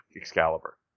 Excalibur